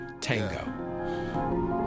Tango